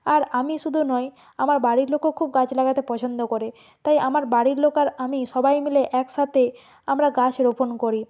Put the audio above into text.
আর আমি শুধু নই আমার বাড়ির লোকও খুব গাছ লাগাতে পছন্দ করে তাই আমার বাড়ির লোক আর আমি সবাই মিলে একসাতে আমরা গাছ রোপণ করি